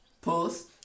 Pause